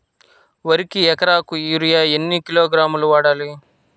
వరికి ఎకరాకు యూరియా ఎన్ని కిలోగ్రాములు వాడాలి?